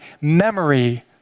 memory